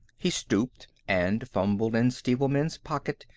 he stooped and fumbled in stevelman's pocket,